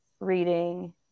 reading